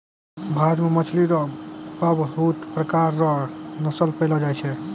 भारत मे मछली रो पबहुत प्रकार रो नस्ल पैयलो जाय छै